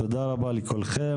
תודה רבה לכולכם.